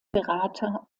berater